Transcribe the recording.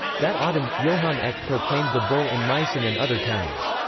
that autumn, johann eck proclaimed the bull in meissen and other towns.